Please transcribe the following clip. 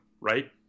right